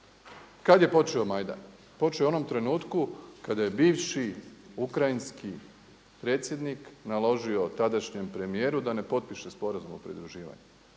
Kada je počeo majdan? Počeo je u onom trenutku kada je bivši ukrajinski predsjednik naložio tadašnjem premijeru da ne potpiše Sporazum o pridruživanju.